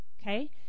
Okay